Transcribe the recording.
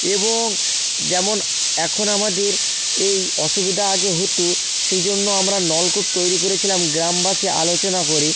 এবং যেমন এখন আমাদের এই অসুবিধা আগে হতো সেই জন্য আমরা নলকূপ তৈরি করেছিলাম গ্রামবাসী আলোচনা করে